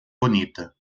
bonita